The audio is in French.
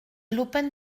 l’open